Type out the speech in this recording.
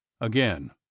again